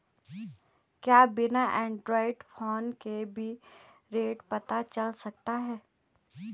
क्या बिना Android phone के भी रेट पता चल सकता है?